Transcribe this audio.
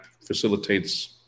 facilitates